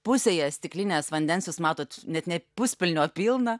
pusėje stiklinės vandens jūs matot net ne puspilnę o pilną